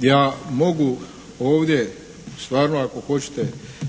Ja mogu ovdje stvarno ako hoćete